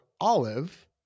olive